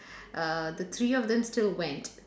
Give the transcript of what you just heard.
uh the three of them still went